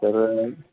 तर